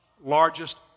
largest